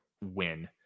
win